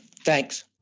Thanks